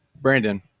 Brandon